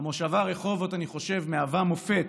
המושבה רחובות, אני חושב, היא מופת